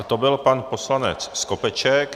To byl pan poslanec Skopeček.